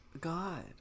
god